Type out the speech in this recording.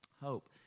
Hope